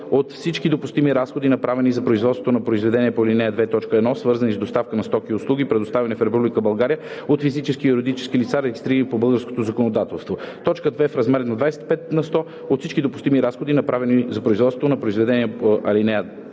от всички допустими разходи, направени за производството на произведение по ал. 2, т. 1, свързани с доставка на стоки и услуги, предоставени в Република България от физически и юридически лица, регистрирани по българското законодателство; 2. в размер на 25 на сто от всички допустими разходи, направени за производството на произведение по ал. 2,